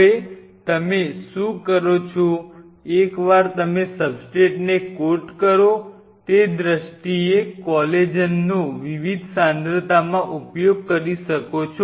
હવે તમે શું કરો છો એકવાર તમે સબસ્ટ્રેટને કોટ કરો તે દ્રષ્ટિએ કોલેજનનો વિવિધ સાંદ્રતામાં ઉપયોગ કરી શકો છો